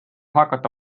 hakata